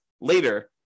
later